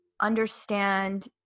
understand